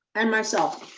and myself,